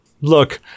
Look